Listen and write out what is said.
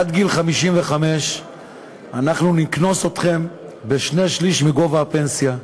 עד גיל 55 אנחנו נקנוס אתכם בשני-שלישים מגובה הפנסיה,